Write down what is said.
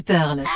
Pearl